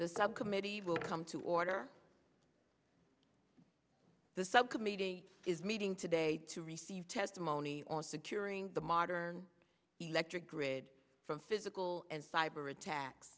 the subcommittee will come to order the subcommittee is meeting today to receive testimony on securing the modern electric grid from physical and cyber attacks